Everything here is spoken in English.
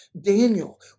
Daniel